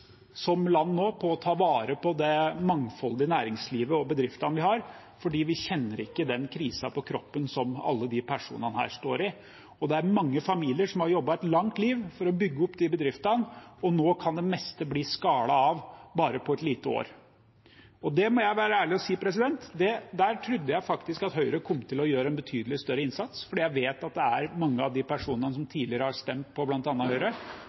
som land nå med tanke på å ta vare på det mangfoldige næringslivet og bedriftene vi har, at vi ikke kjenner på kroppen den krisen som alle de personene står i. Det er mange familier som har jobbet et langt liv for å bygge opp de bedriftene, og nå kan det meste bli skallet av bare på et lite år. Jeg må være så ærlig og si at der trodde jeg faktisk at Høyre kom til å gjøre en betydelig større innsats, for jeg vet at mange av de personene som tidligere har stemt på